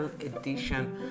edition